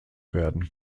werden